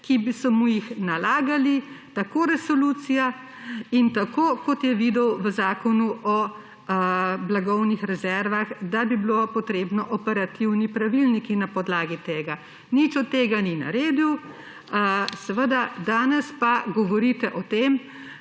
ki mu jih je nalagala resolucija, in tako kot je videl v Zakonu o blagovnih rezervah, da bi bili potrebni operativni pravilniki na podlagi tega. Nič od tega ni naredil, danes pa govorite o tem,